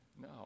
No